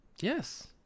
Yes